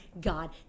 god